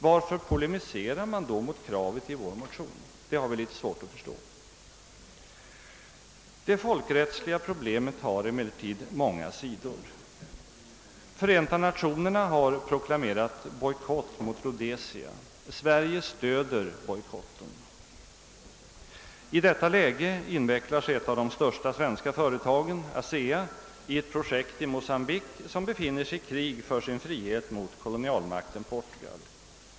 Varför polemiserar man då mot kravet i vår motion? Det har vi litet svårt att förstå. Det folkrättsliga problemet har emellertid många sidor. Förenta Nationerna har proklamerat bojkott mot Rhodesia. Sverige stöder bojkotten. I detta läge invecklar sig ett av de största svenska företagen, ASEA, i ett projekt i Mocambique, som befinner sig i krig för sin frihet mot kolonialmakten Portugal.